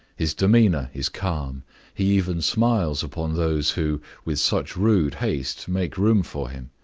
his demeanor is calm he even smiles upon those who, with such rude haste, make room for him.